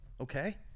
okay